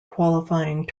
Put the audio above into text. qualifying